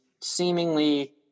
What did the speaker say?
seemingly